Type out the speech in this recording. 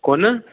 कु'न